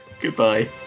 goodbye